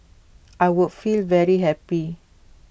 I would feel very happy